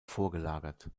vorgelagert